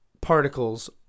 particles